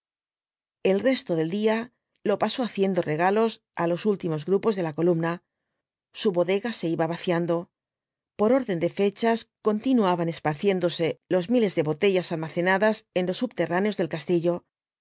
el resto del día lo pasó haciendo regalos á los últi mos grupos de la columna su bodega se iba vaciando por orden de fechas continuaban esparciéndose los miles de botellas almacenadas en los subterráneos del castillo